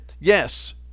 yes